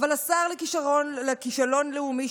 אבל לשר לכישלון לאומי,